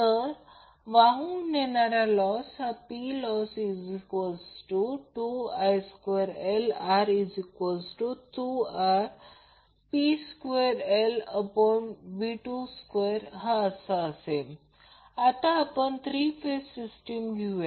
तर वाहून नेणाऱ्यातील लॉस Ploss2IL2R2RPL2VL2 आता आपण थ्री फेज सिस्टीम घेऊया